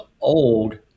old